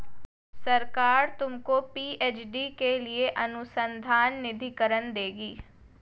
सरकार तुमको पी.एच.डी के लिए अनुसंधान निधिकरण देगी